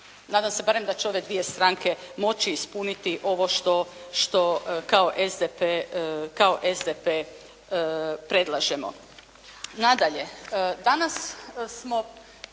Nadam se da će barem ove dvije stranke moći ispuniti što kao SDP predlažemo.